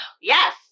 Yes